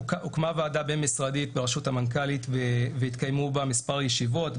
הוקמה ועדה בין-משרדית בראשות המנכ"לית ויתקיימו בה מספר ישיבות,